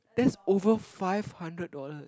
that's over five hundred dollar